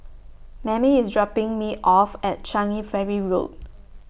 Mammie IS dropping Me off At Changi Ferry Road